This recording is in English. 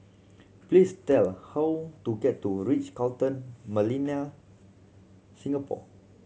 please tell how to get to Ritz Carlton Millenia Singapore